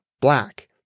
Black